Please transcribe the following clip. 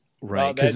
Right